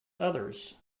others